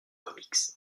comics